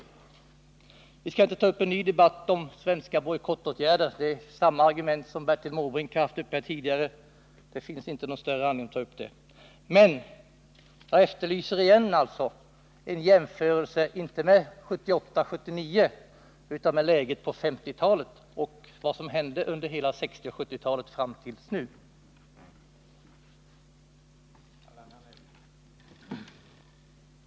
Jag skall inte ta upp en ny debatt om svenska bojkottåtgärder— argumenten för dem är de som Bertil Måbrink har anfört tidigare i dag. Men jag efterlyser igen en jämförelse —-inte med 1978 och 1979 utan med läget på 1950-talet — och en översikt över vad som hänt under 1960 och 1970-talen fram till nu.